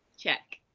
check.